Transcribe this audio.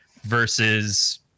Versus